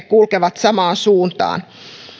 kulkevat samaan suuntaan